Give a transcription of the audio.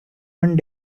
one